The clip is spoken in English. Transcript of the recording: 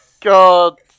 God